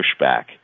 pushback